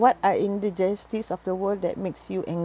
what are in the justice of the world that makes you angry